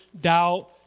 doubt